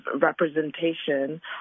representation